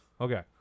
Okay